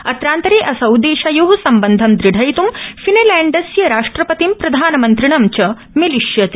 अत्रान्तरे असौ देशयो सम्बनधं दृढयित् फिनलैण्डस्य राष्ट्रपतिं प्रधानमन्त्रिणं च मेलिष्यति